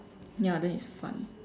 ya then it's fun